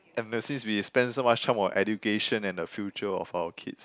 and the since we've spend so much time on education and the future of our kids